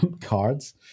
cards